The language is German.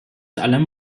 allem